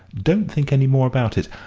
don't think any more about it.